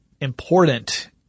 important